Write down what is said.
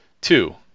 Two